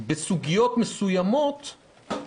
בסוגיות מסוימות,